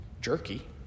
jerky